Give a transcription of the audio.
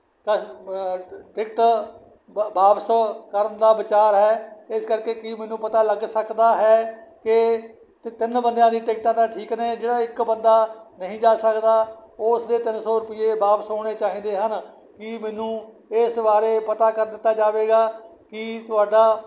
ਕਸਟ ਮ ਟਿਕਟ ਵ ਵਾਪਸ ਕਰਨ ਦਾ ਵਿਚਾਰ ਹੈ ਇਸ ਕਰਕੇ ਕੀ ਮੈਨੂੰ ਪਤਾ ਲੱਗ ਸਕਦਾ ਹੈ ਕਿ ਤੇ ਤਿੰਨ ਬੰਦਿਆਂ ਦੀ ਟਿਕਟਾਂ ਤਾਂ ਠੀਕ ਨੇ ਜਿਹੜਾ ਇੱਕ ਬੰਦਾ ਨਹੀਂ ਜਾ ਸਕਦਾ ਉਸ ਦੇ ਤਿੰਨ ਸੌ ਰੁਪਏ ਵਾਪਸ ਹੋਣੇ ਚਾਹੀਦੇ ਹਨ ਕੀ ਮੈਨੂੰ ਇਸ ਬਾਰੇ ਪਤਾ ਕਰ ਦਿੱਤਾ ਜਾਵੇਗਾ ਕਿ ਤੁਹਾਡਾ